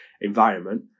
environment